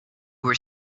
were